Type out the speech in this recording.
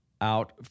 out